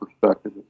perspective